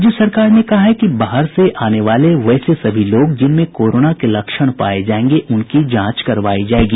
राज्य सरकार ने कहा है कि बाहर से आने वाले वैसे सभी लोग जिनमें कोरोना के लक्षण पाये जायेंगे उनकी जांच करवायी जायेगी